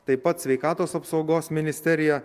taip pat sveikatos apsaugos ministerija